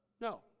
No